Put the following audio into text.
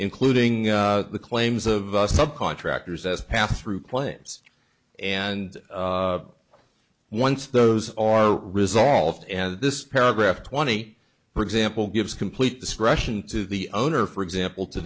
including the claims of subcontractors as passed through claims and once those are resolved and this paragraph twenty for example gives complete discretion to the owner for example to